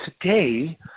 today